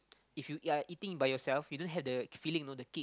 if you are eating by yourself you don't have the feeling know the kick